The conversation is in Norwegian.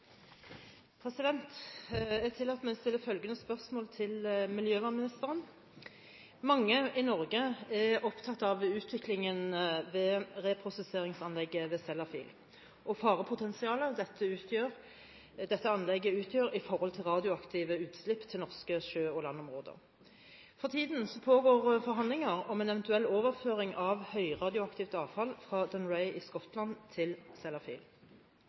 Jeg tillater meg å stille følgende spørsmål til miljøvernministeren: «Mange i Norge er opptatt av utviklingen ved reprosesseringsanlegget ved Sellafield og farepotensialet dette anlegget utgjør når det gjelder radioaktive utslipp til norske sjø- og landområder. For